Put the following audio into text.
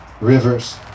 rivers